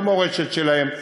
במורשת שלהם,